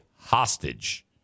hostage